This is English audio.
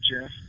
Jeff